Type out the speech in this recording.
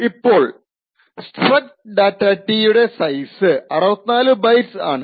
ഇപ്പോൾ struct data T യുടെ size 64 bytes ആണ്